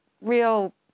real